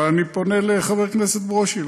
אבל אני פונה לחבר הכנסת ברושי.